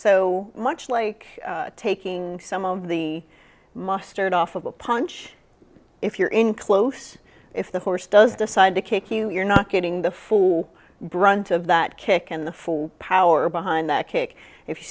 so much like taking some of the mustard off of a punch if you're in close if the horse does decide to kick you you're not getting the full brunt of that kick and the full power behind the kick if you